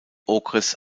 okres